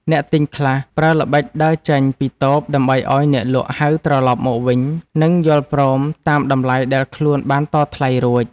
អ្នកទិញខ្លះប្រើល្បិចដើរចេញពីតូបដើម្បីឱ្យអ្នកលក់ហៅត្រឡប់មកវិញ និងយល់ព្រមតាមតម្លៃដែលខ្លួនបានតថ្លៃរួច។